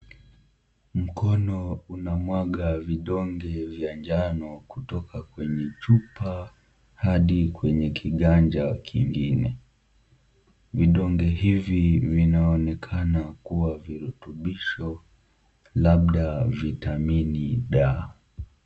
Mkono unamwaga vidonge vya njano kutoka kwenye chupa hadi kwenye kiganja kingine. Vidonge hivi vinaonekana kuwa virutubisho labda vitamini D.